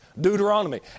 Deuteronomy